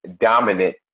dominant